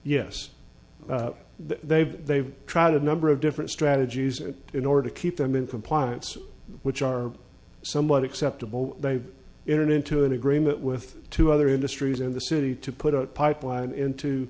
yes they've they've tried a number of different strategies or in order to keep them in compliance which are somewhat acceptable they've entered into an agreement with two other industries in the city to put a pipeline into